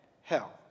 hell